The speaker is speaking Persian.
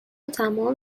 تموم